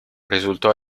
risultò